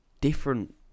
different